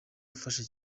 ufasha